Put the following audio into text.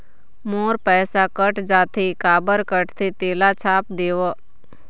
मोर पैसा कट जाथे काबर कटथे तेला छाप देव?